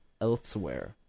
elsewhere